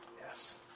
Yes